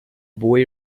boy